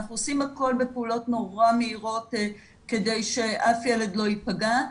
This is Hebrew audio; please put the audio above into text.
אנחנו עושים את הכול בפעולות נורא מהירות כדי שאף יילד לא ייפגע.